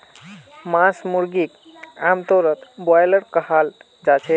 मांस मुर्गीक आमतौरत ब्रॉयलर कहाल जाछेक